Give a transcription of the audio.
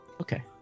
Okay